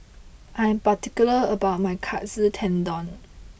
I am particular about my Katsu Tendon